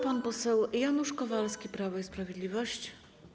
Pan poseł Janusz Kowalski, Prawo i Sprawiedliwość.